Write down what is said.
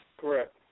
Correct